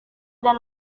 dan